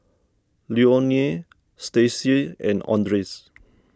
Leonore Stasia and andres